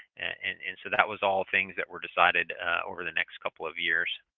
and and so, that was all things that were decided over the next couple of years.